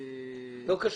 לא קשור.